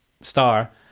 star